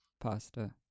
pasta